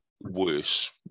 worse